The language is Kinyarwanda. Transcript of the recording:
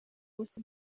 munsi